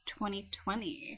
2020